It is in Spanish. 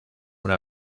una